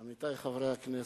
עמיתי חברי הכנסת,